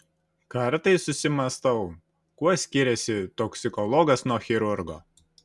kartais susimąstau kuo skiriasi toksikologas nuo chirurgo